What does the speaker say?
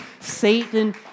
Satan